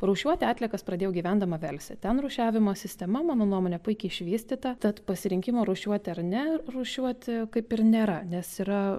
rūšiuoti atliekas pradėjau gyvendama velse ten rūšiavimo sistema mano nuomone puikiai išvystyta tad pasirinkimo rūšiuoti ar nerūšiuoti kaip ir nėra nes yra